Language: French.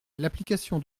l’application